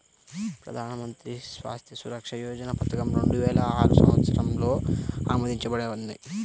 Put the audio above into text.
ప్రధాన్ మంత్రి స్వాస్థ్య సురక్ష యోజన పథకం రెండు వేల ఆరు సంవత్సరంలో ఆమోదించబడింది